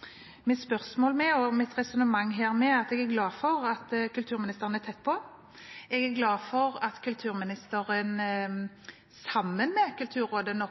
er glad for at kulturministeren er tett på. Jeg er glad for at kulturministeren, sammen med Kulturrådet,